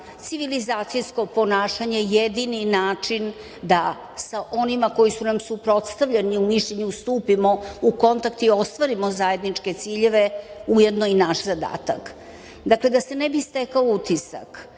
civilizacijsko ponašanja jedini način da sa onima koji su nam suprotstavljeni u mišljenju stupimo u kontakt i ostvarimo zajedničke ciljeve, ujedno i naš zadatak. Da se ne bi stekao utisak